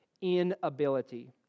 inability